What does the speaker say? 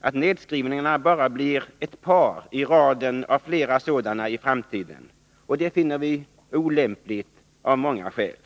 att nedskrivningarna bara blir ett par i raden av flera sådana i framtiden, och det finner vi olämpligt av många skäl.